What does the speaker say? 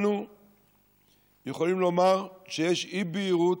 אנחנו יכולים לומר שיש אי-בהירות.